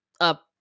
up